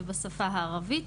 או השפה הערבית,